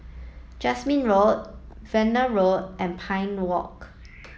Jasmine Road Verdun Road and Pine Walk